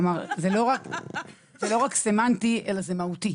זה לא רק סמנטי, אלא זה מהותי.